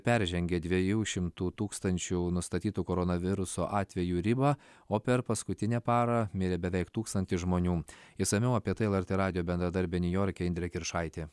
peržengė dviejų šimtų tūkstančių nustatytų koronaviruso atvejų ribą o per paskutinę parą mirė beveik tūkstantis žmonių išsamiau apie tai lrt radijo bendradarbė niujorke indrė kiršaitė